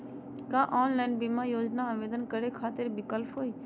का ऑनलाइन बीमा योजना आवेदन करै खातिर विक्लप हई?